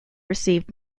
received